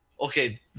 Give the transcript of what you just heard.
okay